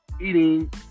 eating